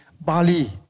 Bali